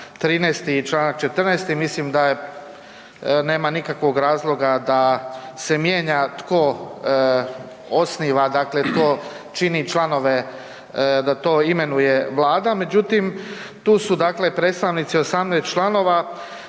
13. i čl. 14. mislim da nema nikakvog razloga da se mijenja tko osniva dakle tko čini članove da to imenuje Vlada. Međutim, tu su predstavnici 18 članova